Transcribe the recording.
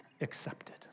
accepted